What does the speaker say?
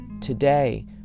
Today